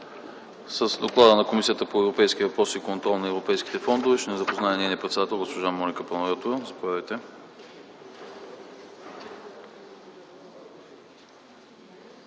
С Доклада на Комисията по европейските въпроси и контрол на европейските фондове ще ни запознае нейният председател госпожа Моника Панайотова. Заповядайте,